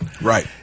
Right